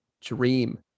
dream